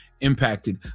impacted